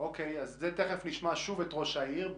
לגבי זה נשמע שוב את ראש העיר.